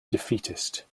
defeatist